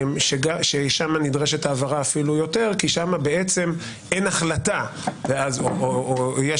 שם נדרשת אפילו יותר הבהרה כי שם בעצם אין החלטה או יש